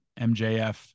MJF